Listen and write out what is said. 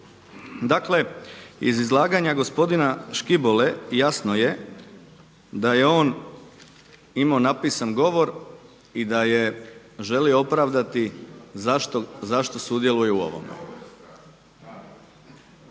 Dakle, iz izlaganja gospodina Škibole jasno je da je on imao napisan govor i da je želio opravdati zašto sudjeluje u ovome.